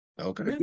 Okay